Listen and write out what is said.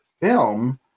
film